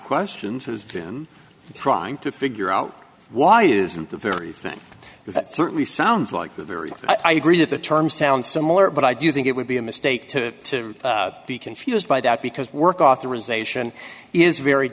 questions is prying to figure out why it isn't the very thing that certainly sounds like a very i agree that the term sounds similar but i do think it would be a mistake to be confused by that because work authorization is very